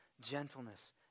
Gentleness